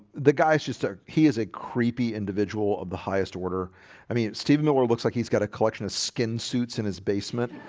the guys who started he is a creepy individual of the highest order i mean steve miller looks like he's got a collection of skin suits in his basement